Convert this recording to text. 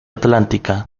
atlántica